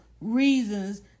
reasons